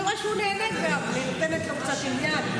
אני רואה שהוא נהנה, אני נותנת לו קצת עניין.